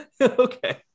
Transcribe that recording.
Okay